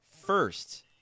first